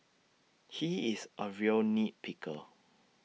he is A real nit picker